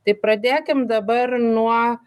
tai pradėkim dabar nuo